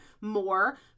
more